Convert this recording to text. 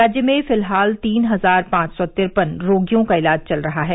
राज्य में फिलहाल तीन हजार पांच सौ तिरपन रोगियों का इलाज चल रहा है